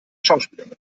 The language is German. schauspielerin